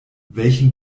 welchen